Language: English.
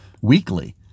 weekly